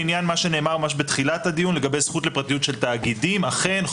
לעניין מה שנאמר ממש בתחילת הדיון לגבי זכות לפרטיות של תאגידים אכן,